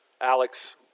Alex